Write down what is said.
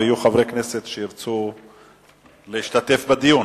ויהיו חברי כנסת שירצו להשתתף בדיון.